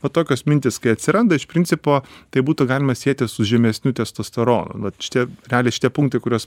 o tokios mintys kai atsiranda iš principo tai būtų galima sieti su žemesniu testosteronu vat šitie realiai šitie punktai kuriuos